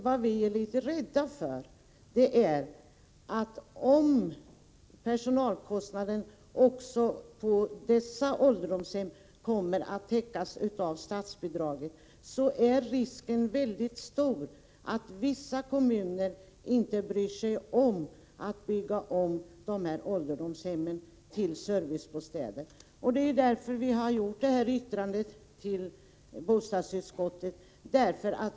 Vad vi är litet rädda för är, att om personalkostnaden också på dessa ålderdomshem kommer att täckas av statsbidrag, är risken stor att vissa kommuner inte bryr sig om att bygga om ålderdomshemmen till servicebostäder. Det är därför vi har skrivit detta yttrande till bostadsutskottet.